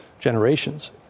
generations